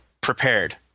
prepared